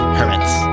Hermits